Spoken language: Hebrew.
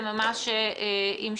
שייכנסו.